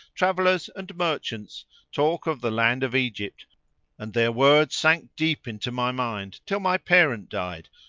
travellers and merchants talk of the land of egypt and their words sank deep into my mind till my parent died,